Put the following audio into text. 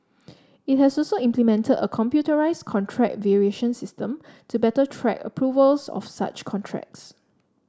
it has also implemented a computerised contract variation system to better track approvals of such contracts